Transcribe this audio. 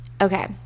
Okay